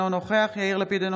אינו נוכח יאיר לפיד,